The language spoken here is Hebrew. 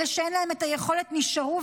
אלה שאין להם את היכולת נשארו,